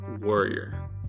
Warrior